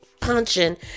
punching